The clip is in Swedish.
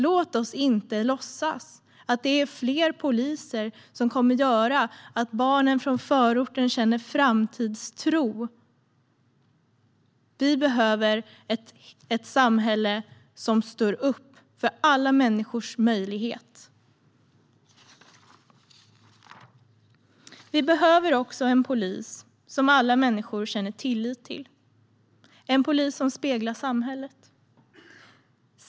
Låt oss inte låtsas att det är fler poliser som kommer att göra att barnen från förorten känner framtidstro. Vi behöver ett samhälle som står upp för alla människors möjlighet. Vi behöver också en polis som alla människor känner tillit till - en polis som speglar samhället.